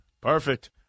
Perfect